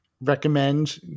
recommend